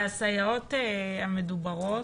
והסייעות המדוברות,